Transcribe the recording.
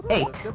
Eight